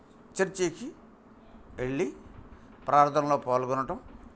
చర్చీకి వెళ్ళి ప్రార్థనలో పాల్గొనడం